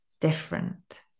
different